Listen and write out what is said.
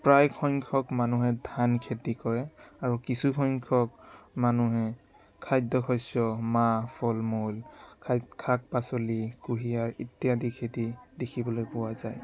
প্ৰায় সংখ্যক মানুহে ধান খেতি কৰে আৰু কিছু সংখ্যক মানুহে খাদ্য শস্য মাহ ফল মূল খায় শাক পাচলি কুঁহিয়াৰ ইত্যাদি খেতি দেখিবলৈ পোৱা যায়